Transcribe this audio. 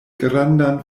grandan